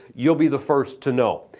you'll be the first to know.